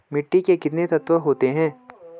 मिट्टी में कितने तत्व होते हैं?